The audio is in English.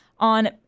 On